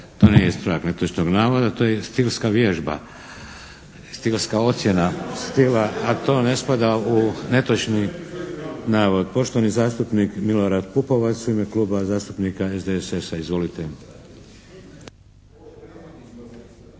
To nije ispravak netočnog navoda, to je stilska vježba, stilska ocjena stila, a to ne spada u netočni navod. Poštovani zastupnik Milorad Pupovac, u ime Kluba zastupnika SDSS-a. Izvolite.